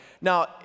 Now